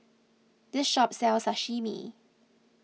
this shop sells Sashimi